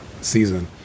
season